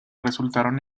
resultaron